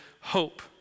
hope